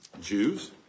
Jews